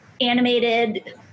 animated